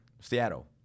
Seattle